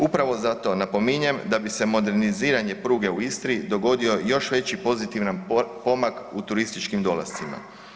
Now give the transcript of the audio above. Upravo zato napominjem da bi se moderniziranjem pruge u Istri dogodio još veći pozitivan pomak u turističkim dolascima.